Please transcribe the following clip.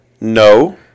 No